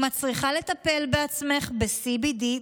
אם את צריכה לטפל בעצמך ב-CBD,